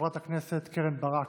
חברת הכנסת קרן ברק.